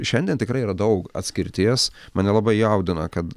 šiandien tikrai yra daug atskirties mane labai jaudina kad